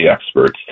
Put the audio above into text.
experts